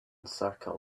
circle